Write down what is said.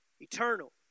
eternal